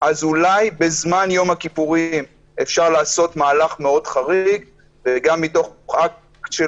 אז אולי בזמן יום הכיפורים אפשר לעשות מהלך מאוד חריג וגם מתוך אקט של